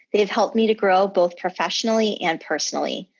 they have helped me to grow both professionally and personally.